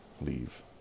leave